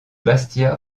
bastia